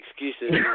excuses